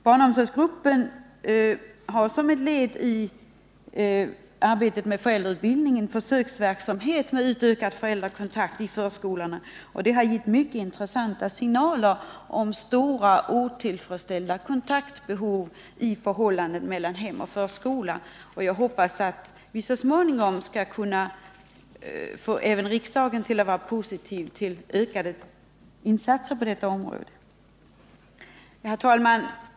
Barnomsorgsgruppen har som ett led i arbetet med föräldrautbildningen bedrivit en försöksverksamhet med utökad föräldrakontakt med förskolan. Den verksamheten har gett mycket intressanta signaler om stora, otillfredsställda kontaktbehov i förhållandet mellan hem och förskola. Jag hoppas att vi så småningom skall få även riksdagen att vara positiv till ökade insatser på detta område. Herr talman!